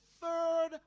third